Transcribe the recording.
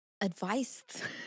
advice